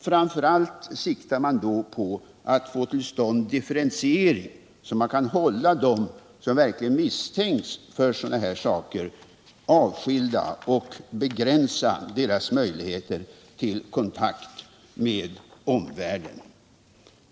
Framför allt siktar man då på att få till stånd en differentiering, så att man kan hålla dem som verkligen misstänks för sådana här saker avskilda, för att därmed begränsa deras möjligheter till kontakt med omvärlden.